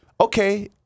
okay